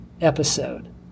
episode